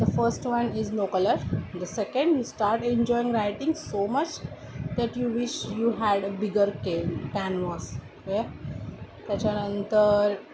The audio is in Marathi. the first one is no colour the second you start enjoying writing so much that you wish you had a bigger can canvas त्याच्यानंतर